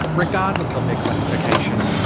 regardless of their classification.